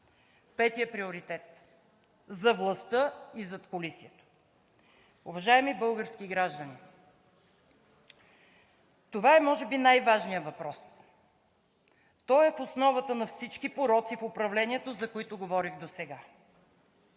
Петият приоритет – за властта и задкулисието. Уважаеми български граждани, това е може би най-важният въпрос. Той е в основата на всички пороци в управлението, за които говорих досега